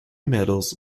metals